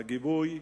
הגיבוי,